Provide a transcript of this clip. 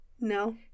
No